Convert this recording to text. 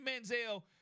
Manziel